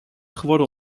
geworden